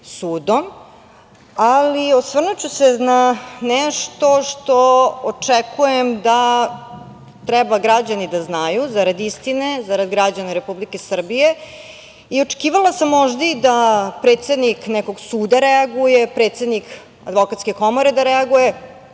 sudom. Osvrnuću se na nešto što očekujem da treba građani da znaju zarad istine, zarad građana Republike Srbije i očekivala sam možda i da predsednik nekog suda reaguje, predsednik Advokatske komore da reaguje,